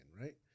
right